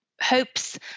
hopes